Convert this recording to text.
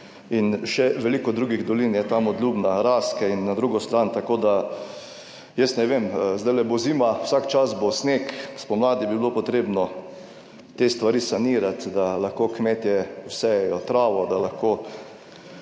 in še veliko drugih dolin je tam od Ljubna, Raske in na drugo stran, tako da, jaz ne vem, zdajle bo zima, vsak čas bo sneg, spomladi bi bilo potrebno te stvari sanirati, da lahko kmetje zasejejo travo, da lahko